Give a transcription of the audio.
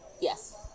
Yes